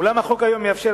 אולם החוק היום מאפשר,